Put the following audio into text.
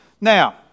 Now